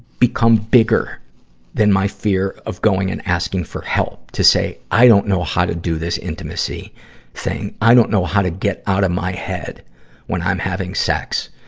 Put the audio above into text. become bigger than my fear of going and asking for help to say, i don't know how to do this intimacy thing. i don't know how to get out of my head when i'm having sex.